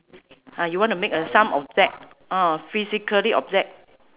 ah you want to make a some object uh physically object